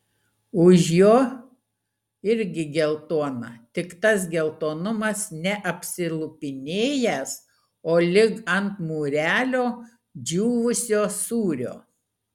už jo irgi geltona tik tas geltonumas ne apsilupinėjęs o lyg ant mūrelio džiūvusio sūrio